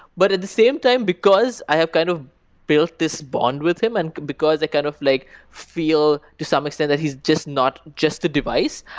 but at the same time, because i have kind of built this bond with him and because i kind of like feel, to some extent, that he's just not just a device,